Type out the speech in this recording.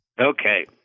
Okay